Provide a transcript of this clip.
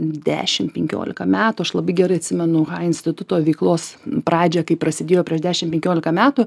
dešim penkiolika metų aš labai gerai atsimenu hai instituto veiklos pradžią kai prasidėjo prieš dešim penkiolika metų